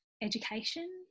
education